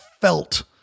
felt